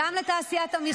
גם לתעשיית המחזור בישראל.